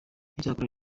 cyakora